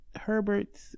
herbert's